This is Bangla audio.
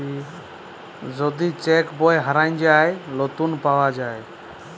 যদি চ্যাক বই হারাঁয় যায়, লতুল পাউয়া যায়